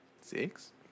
six